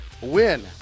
Win